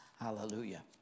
Hallelujah